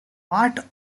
part